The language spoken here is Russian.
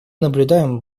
наблюдаем